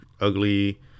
ugly